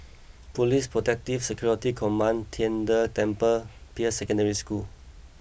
Police Protective Security Command Tian De Temple Peirce Secondary School